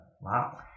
Wow